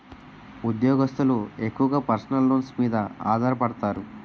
ఉద్యోగస్తులు ఎక్కువగా personal loans మీద ఆధారపడతారు